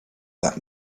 that